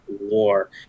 war